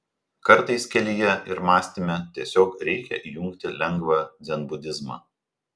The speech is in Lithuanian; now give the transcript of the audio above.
kartais kelyje ir mąstyme tiesiog reikia įjungti lengvą dzenbudizmą